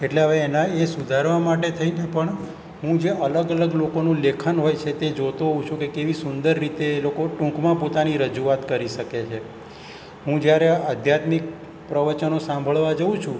એટલે હવે એના એ સુધારવા માટે થઈને પણ હું જે અલગ અલગ લોકોનું લેખન હોય છે તે જોતો હોઉં છું કે કેવી સુંદર રીતે એ લોકો ટૂંકમાં પોતાની રજૂઆત કરી શકે છે હું જ્યારે આધ્યાત્મિક પ્રવચનો સાંભળવા જાઉં છું